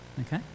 Okay